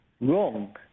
wrong